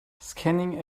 scanning